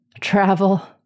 travel